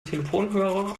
telefonhörer